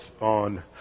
on